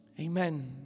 Amen